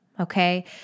Okay